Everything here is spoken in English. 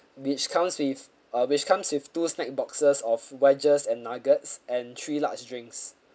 which comes with uh which comes with two snack boxes of wedges and nuggets and three large drinks